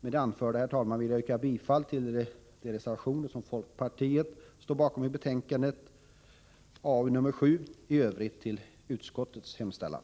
Med det anförda, herr talman, vill jag yrka bifall till de reservationer som folkpartiet står bakom i betänkande nr 7 samt i övrigt till utskottets hemställan.